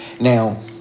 Now